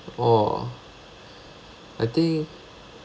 !wah! I think